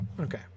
Okay